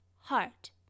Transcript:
heart